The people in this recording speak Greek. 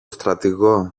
στρατηγό